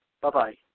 Bye-bye